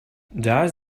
does